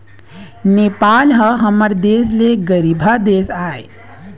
नेपाल ह हमर देश ले गरीबहा देश आय